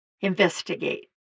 Investigate